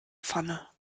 pfanne